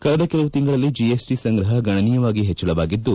ಕಳೆದ ಕೆಲವು ತಿಂಗಳಲ್ಲಿ ಜಿಎಸ್ಟಿ ಸಂಗ್ರಹ ಗಣನೀಯವಾಗಿ ಹೆಚ್ಚಳವಾಗಿದ್ದು